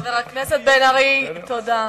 חבר הכנסת בן-ארי, תודה.